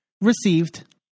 received